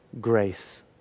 grace